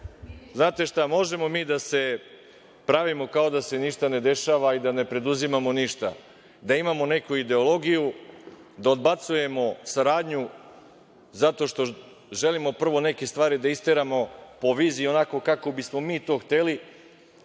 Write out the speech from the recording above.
šta, možemo mi da se pravimo kao da se ništa ne dešava i da ne preduzimamo ništa, da imamo neku ideologiju, da odbacujemo saradnju zato što želimo prvo neke stvari da isteramo po viziji onako ka bismo mi to hteli,